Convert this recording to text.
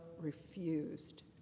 refused